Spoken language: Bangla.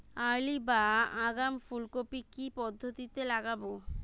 আর্লি বা আগাম ফুল কপি কি পদ্ধতিতে লাগাবো?